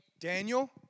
Daniel